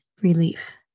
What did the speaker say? relief